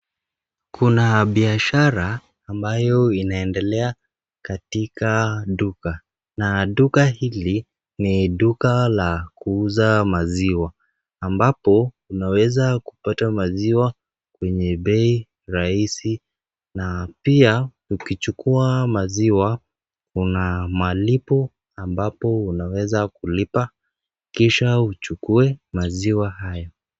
Kuna biashara ambayo inaendelea katika duka na duka hili ni duka la kuuza maziwa ambapo unaweza kupata maziwa kwenye bei rahisi na pia ukichukua maziwa kuna malipo ambapo unaweza kulipa kisha uchukue maziwa hayo.